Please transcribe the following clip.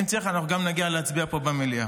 אם צריך, גם נגיע להצביע פה במליאה.